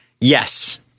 Yes